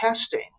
testing